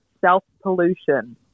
self-pollution